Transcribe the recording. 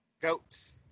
goats